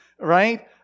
right